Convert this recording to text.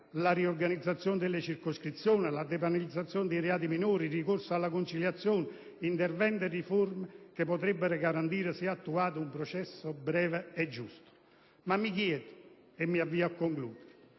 la riorganizzazione delle circoscrizioni, la depenalizzazione dei reati minori, il ricorso alla conciliazione: interventi e riforme che potrebbero garantire, se attuate, un processo breve e giusto. Ma, mi chiedo, i tempi diversamente